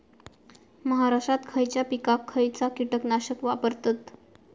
महाराष्ट्रात खयच्या पिकाक खयचा कीटकनाशक वापरतत?